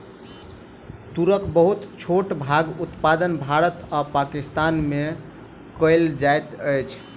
तूरक बहुत छोट भागक उत्पादन भारत आ पाकिस्तान में कएल जाइत अछि